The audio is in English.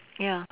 ya